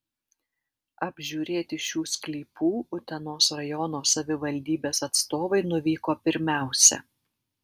apžiūrėti šių sklypų utenos rajono savivaldybės atstovai nuvyko pirmiausia